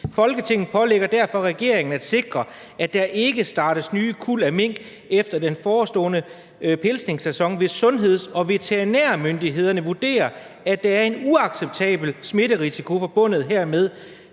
»Folketinget pålægger derfor regeringen at sikre, at der ikke startes nye kuld af mink efter den forestående pelsningssæson, hvis sundheds- og veterinærmyndighederne vurderer, at der er en uacceptabel smitterisiko forbundet hermed.«